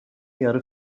yarı